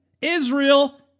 Israel